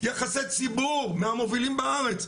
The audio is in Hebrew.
יחסי ציבור מהמובילים בארץ,